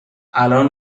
الان